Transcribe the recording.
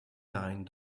nine